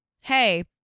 Hey